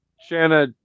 Shanna